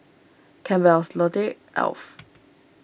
Campbell's Lotte Alf